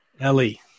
Ellie